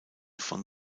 von